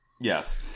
Yes